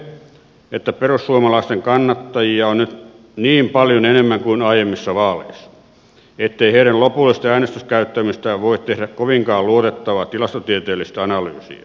syynä on se että perussuomalaisten kannattajia on nyt niin paljon enemmän kuin aiemmissa vaaleissa ettei heidän lopullisesta äänestyskäyttäytymisestään voi tehdä kovinkaan luotettavaa tilastotieteellistä analyysiä